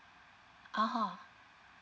(uh huh)